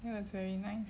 that was very nice